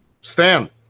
Stan